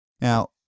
Now